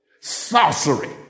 Sorcery